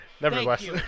nevertheless